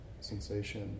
sensation